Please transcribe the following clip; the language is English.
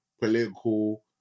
political